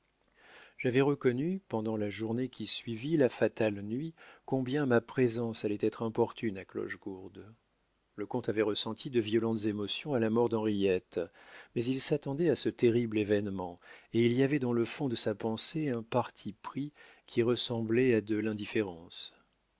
j'avais reconnu pendant la journée qui suivit la fatale nuit combien ma présence allait être importune à clochegourde le comte avait ressenti de violentes émotions à la mort d'henriette mais il s'attendait à ce terrible événement et il y avait dans le fond de sa pensée un parti pris qui ressemblait à de l'indifférence